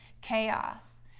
chaos